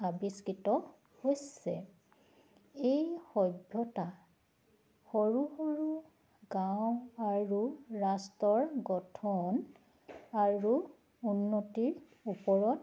আৱিষ্কৃত হৈছে এই সভ্যতা সৰু সৰু গাঁও আৰু ৰাষ্ট্ৰৰ গঠন আৰু উন্নতিৰ ওপৰত